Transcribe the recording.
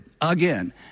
again